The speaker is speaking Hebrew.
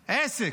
עסק.